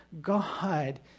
God